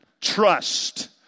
trust